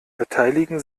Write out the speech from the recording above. beteiligen